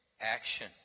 action